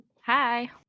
Hi